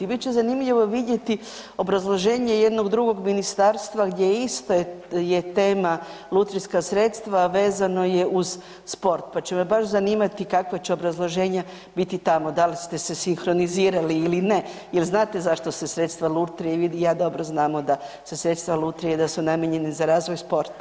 Bit će zanimljivo vidjeti obrazloženje jednog drugog ministarstva gdje ista je tema lutrijska sredstva vezano je uz sport, pa će me baš zanimati kakva će obrazloženja biti tamo, da li ste se sinhronizirali ili ne, jel znate zašto se sredstva lutrije, vi i ja dobro znamo da se sredstva lutrije, da su namijenjena za razvoj sporta.